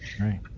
right